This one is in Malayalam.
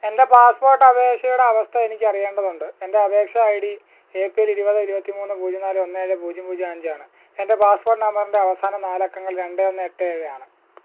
എൻ്റെ പാസ്പോർട്ടപേക്ഷയുടെ അവസ്ഥ എനിക്കറിയേണ്ടതുണ്ട് എൻ്റെ അപേക്ഷാ I D A P L ഇരുപത് ഇരുപത്തിമൂന്ന് പൂജ്യം നാല് ഒന്ന് ഏഴ് പൂജ്യം പൂജ്യം അഞ്ചാണ് എൻ്റെ പാസ്പോട്ട് നമ്പറിൻ്റെ അവസാന നാലക്കങ്ങൾ രണ്ട് ഒന്ന് എട്ട് ഏഴ് ആണ്